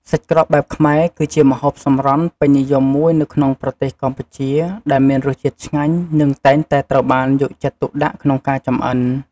សាច់ក្រកបែបខ្មែរ គឺជាម្ហូបសម្រន់ពេញនិយមមួយនៅក្នុងប្រទេសកម្ពុជា ដែលមានរសជាតិឆ្ងាញ់ និងតែងតែត្រូវបានយកចិត្តទុកដាក់ក្នុងការចម្អិន។